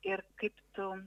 ir kaip tu